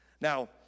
Now